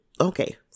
Okay